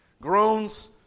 groans